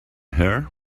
her